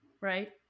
right